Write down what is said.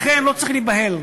לכן, לא צריך להיבהל.